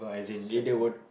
slack for